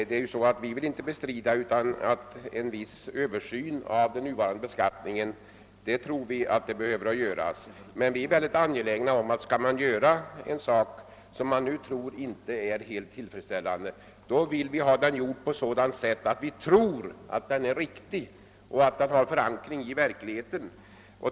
Herr talman! Vi vill inte bestrida att en viss översyn av nuvarande beskattning behöver göras, men vi är angelägna om att man inte åstadkommer någonting som inte är helt tillfredsställande och som inte har förankring i verkligheten.